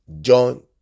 John